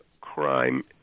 crime